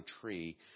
tree